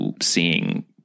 seeing